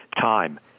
time